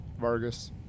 Vargas